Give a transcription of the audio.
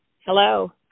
Hello